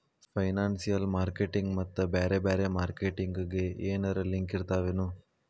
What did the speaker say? Financial marketing ಮತ್ತ ಬ್ಯಾರೆ ಬ್ಯಾರೆ ಮಾರ್ಕೆಟಿಂಗ್ ಗೆ ಏನರಲಿಂಕಿರ್ತಾವೆನು?